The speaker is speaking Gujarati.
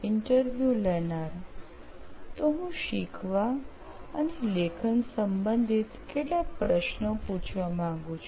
ઈન્ટરવ્યુ લેનાર તો હું શીખવા અને લેખન સંબંધિત કેટલાક પ્રશ્નો પૂછવા માંગુ છું